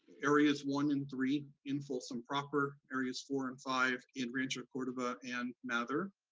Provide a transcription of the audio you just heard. areas one and three in folsom proper, areas four and five in rancho cordova and mather.